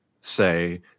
say